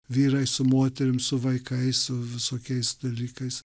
vyrais su moterims su vaikais su visokiais dalykais